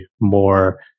more